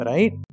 Right